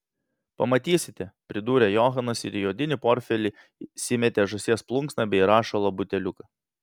pamatysite pridūrė johanas ir į odinį portfelį įsimetė žąsies plunksną bei rašalo buteliuką